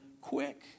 quick